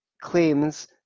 claims